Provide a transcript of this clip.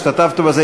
השתתפת בזה,